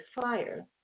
fire